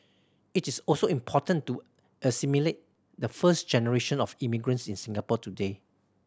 it is also important to assimilate the first generation of immigrants in Singapore today